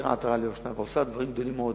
והחזירה עטרה ליושנה, ועושה דברים גדולים מאוד